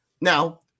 Now